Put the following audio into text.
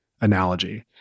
analogy